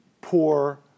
poor